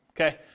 okay